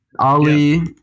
Ali